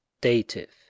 Dative